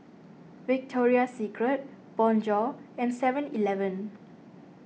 Victoria Secret Bonjour and Seven Eleven